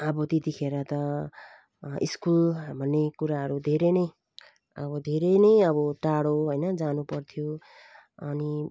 अब त्यतिखेर त स्कुल भन्ने कुराहरू धेरै नै अब धेरै नै अब टाढा हैन जानुपर्थ्यो अनि